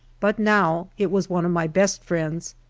but now it was one of my best friends,